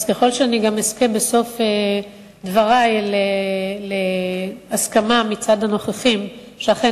אז ככל שאזכה בסוף דברי להסכמה מצד הנוכחים שאכן